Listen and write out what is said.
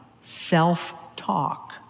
self-talk